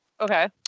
Okay